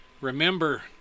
Remember